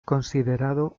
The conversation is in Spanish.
considerado